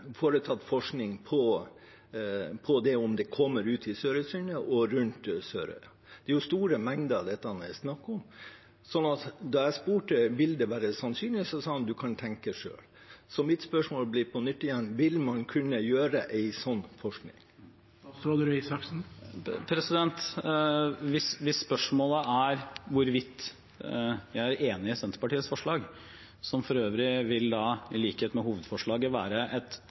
foretatt forskning på om det kommer partikler ut i Sørøysundet og rundt Sørøya. Det er snakk om store mengder. Da jeg spurte «vil det være sannsynlig», sa de «du kan tenke selv». Så mitt spørsmål blir på nytt: Vil man kunne gjøre en slik forskning? Hvis spørsmålet er hvorvidt jeg er enig i Senterpartiets forslag, som for øvrig, i likhet med hovedforslaget, vil være et